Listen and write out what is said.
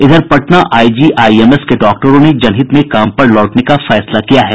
इधर Patna IGIMS के डॉक्टरों ने जनहित में काम पर लौटने का फैसला किया है